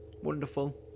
Wonderful